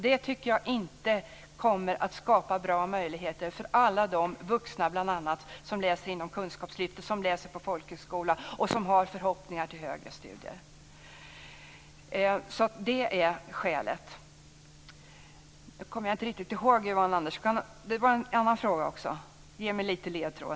Det kommer inte att skapa bra möjligheter för alla de vuxna som läser inom kunskapslyftet och på folkhögskola och som har förhoppningar om högre studier. Det är skälet. Nu kommer jag inte riktigt ihåg Yvonne Anderssons andra fråga. Det var en annan fråga också. Ge mig en liten ledtråd!